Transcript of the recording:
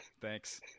Thanks